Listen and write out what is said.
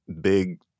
big